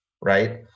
right